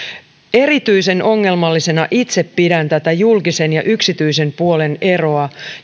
erityisen ongelmallisena itse pidän tätä julkisen ja yksityisen puolen eroa